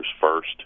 first